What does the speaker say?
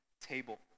table